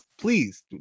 please